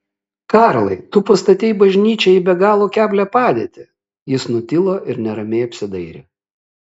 karlai tu pastatei bažnyčią į be galo keblią padėtį jis nutilo ir neramiai apsidairė